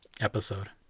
episode